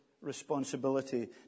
responsibility